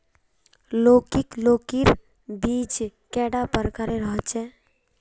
लौकी लौकीर बीज कैडा प्रकारेर होचे?